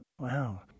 Wow